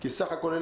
כי בסך הכול,